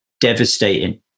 devastating